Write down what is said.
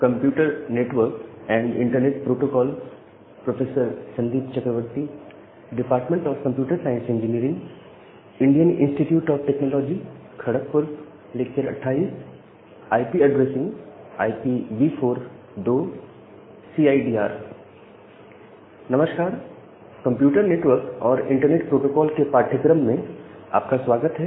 computer network और internet protocol के पाठ्यक्रम में आपका स्वागत है